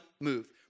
move